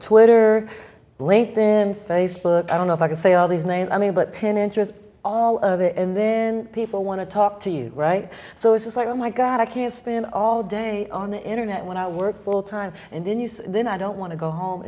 twitter late then facebook i don't know if i can say all these names i mean but pinterest all of it and then people want to talk to you right so it's like oh my god i can't spend all day on the internet when i work full time and then you say then i don't want to go home